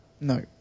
No